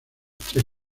tres